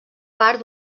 part